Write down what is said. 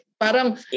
parang